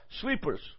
sleepers